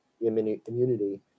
immunity